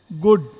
good